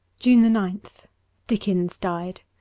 june ninth dickens died